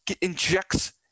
injects